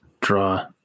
draw